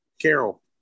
Carol